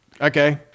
Okay